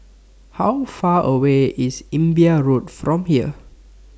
How Far away IS Imbiah Road from here